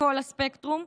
בכל הספקטרום,